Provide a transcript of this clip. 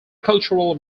cultural